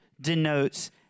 denotes